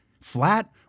flat